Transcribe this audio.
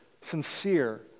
sincere